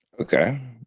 okay